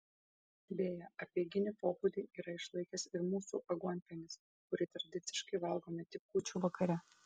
beje apeiginį pobūdį yra išlaikęs ir mūsų aguonpienis kurį tradiciškai valgome tik kūčių vakare